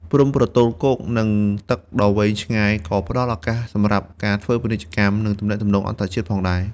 ព្រំប្រទល់គោក និងទឹកដ៏វែងឆ្ងាយក៏ផ្តល់ឱកាសសម្រាប់ការធ្វើពាណិជ្ជកម្ម និងទំនាក់ទំនងអន្តរជាតិផងដែរ។